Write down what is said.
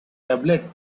tablet